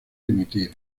dimitir